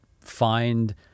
find